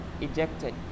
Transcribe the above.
ejected